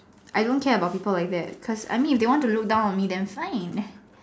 I don't care about people like that I mean if they want to look down on me then fine